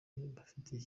bafitiye